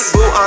Boo